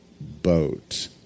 boat